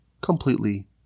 completely